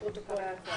להבראת כלכלת ישראל (תיקוני חקיקה להשגת יעדי התקציב)